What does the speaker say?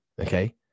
Okay